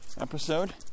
episode